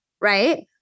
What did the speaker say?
right